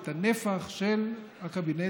את הנפח של הקבינט,